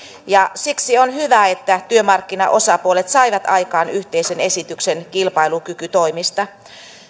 ja siksi on hyvä että työmarkkinaosapuolet saivat aikaan yhteisen esityksen kilpailukykytoimista